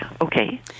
Okay